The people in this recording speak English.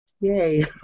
Yay